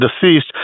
deceased